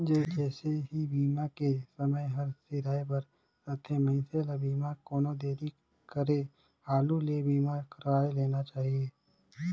जइसे ही बीमा के समय हर सिराए बर रथे, मइनसे ल बीमा कोनो देरी करे हालू ले बीमा करवाये लेना चाहिए